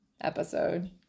episode